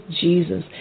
Jesus